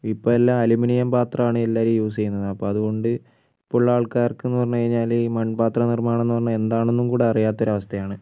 ഇപ്പം എല്ലാ അലൂമിനിയം പാത്രം ആണ് എല്ലാവരും യൂസ് ചെയ്യുന്നത് അപ്പോൾ അതുകൊണ്ട് ഇപ്പോൾ ഉള്ള ആൾക്കാർക്ക് എന്ന് പറഞ്ഞുകഴിഞ്ഞാൽ മൺപാത്ര നിർമാണം എന്ന് പറഞ്ഞാൽ എന്താണെന്നും കൂടെ അറിയാത്ത ഒരവസ്ഥയാണ്